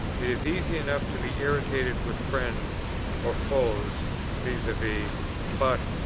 it is easy enough to be irritated with friends or foes vis-a-vis but,